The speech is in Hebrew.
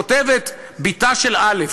כותבת בתה של א',